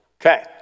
Okay